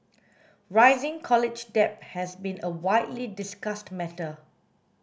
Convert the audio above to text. rising college debt has been a widely discussed matter